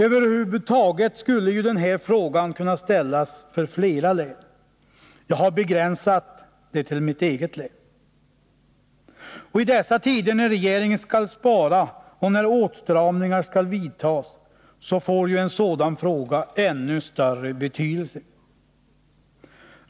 Samma fråga skulle kunna ställas för flera län, men jag har begränsat mig till mitt eget län. I dessa tider när regeringen skall spara och när åtstramningar skall vidtas får en sådan fråga ännu större betydelse.